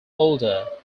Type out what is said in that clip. older